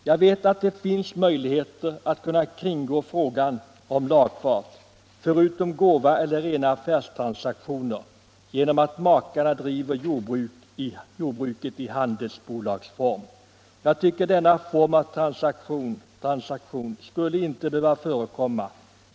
Jag vet att det finns möjligheter att kringgå lagfartsvillkoret, förutom genom gåva eller genom rena affärstransaktioner, genom att makarna driver jordbruk i handelsbolagsform. Jag tycker att denna form av transaktion inte skulle behöva förekomma.